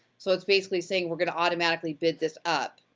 so, it's basically saying, we're gonna automatically bid this up.